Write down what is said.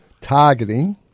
targeting